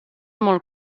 molt